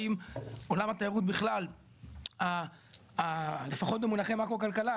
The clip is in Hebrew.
האם עולם התיירות בכלל לפחות במונחי מקרו כלכלה,